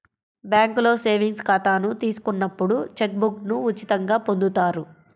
బ్యేంకులో సేవింగ్స్ ఖాతాను తీసుకున్నప్పుడు చెక్ బుక్ను ఉచితంగా పొందుతారు